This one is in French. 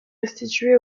restitué